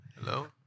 Hello